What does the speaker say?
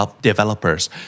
developers